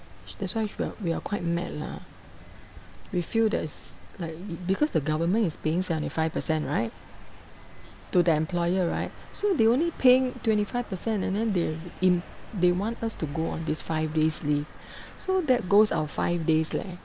that's why we are we are quite mad lah we feel that is like because the government is paying seventy-five percent right to the employer right so they only paying twenty-five percent and then they im~ they want us to go on this five days leave so that goes our five days leh